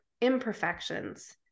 imperfections